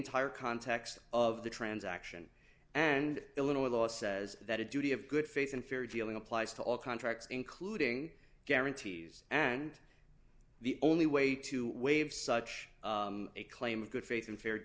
entire context of the transaction and illinois law says that a duty of good faith and fair dealing applies to all contracts including guarantees and the only way to waive such a claim of good faith and fair